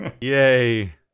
Yay